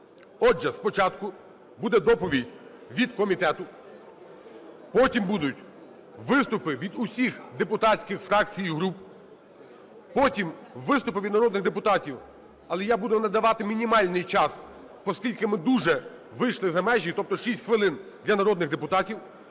Отже, спочатку буде доповідь від комітету, потім будуть виступи від усіх депутатських фракцій і груп, потім – виступи від народних депутатів (але я буду надавати мінімальний час, оскільки ми дуже вийшли за межі, тобто 6 хвилин для народних депутатів),